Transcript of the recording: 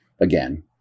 again